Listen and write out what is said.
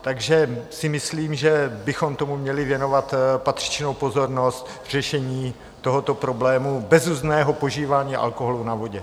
Takže si myslím, že bychom tomu měli věnovat patřičnou pozornost v řešení tohoto problému, bezuzdného požívání alkoholu na vodě.